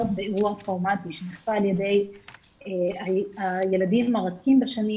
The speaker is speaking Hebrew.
באירוע טראומטי שנכפה על הילדים הרכים בשנים,